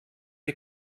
die